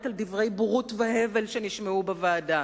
על דברי בורות והבל שנשמעו בוועדה,